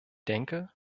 denke